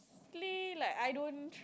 like I don't